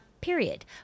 period